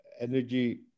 energy